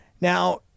Now